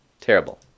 Terrible